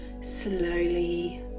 slowly